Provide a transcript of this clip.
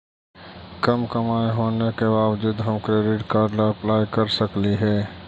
कम कमाई होने के बाबजूद हम क्रेडिट कार्ड ला अप्लाई कर सकली हे?